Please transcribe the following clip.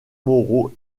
moraux